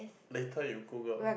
later you Google